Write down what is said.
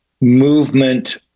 movement